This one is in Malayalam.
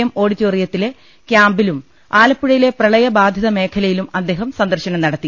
എം ഓഡിറ്റോറിയത്തിലെ ക്യാമ്പിലും ആലപ്പുഴയിലെ പ്രളയബാധിത മേഖല യിലും അദ്ദേഹം സന്ദർശനം നടത്തി